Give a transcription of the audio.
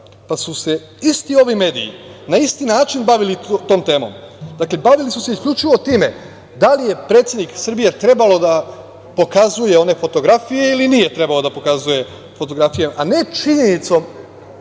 pa su se isti ovi mediji na isti način bavili tom temom. Dakle, bavili su se isključivo time da li je predsednik Srbije trebao da pokazuje one fotografije ili nije trebao da pokazuje fotografije, a ne činjenicom